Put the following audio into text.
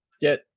get